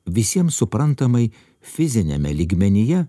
visiems suprantamai fiziniame lygmenyje